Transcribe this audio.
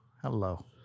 Hello